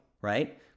right